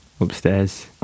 upstairs